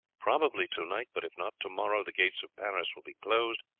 probably to-night, but if not, to-morrow the gates of paris will be closed,